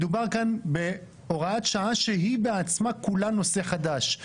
מדובר כאן בהוראת שעה שהיא בעצמה כולה נושא חדש.